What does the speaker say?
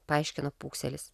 paaiškino pūkselis